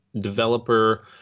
developer